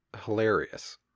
hilarious